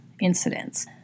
incidents